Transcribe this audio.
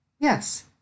yes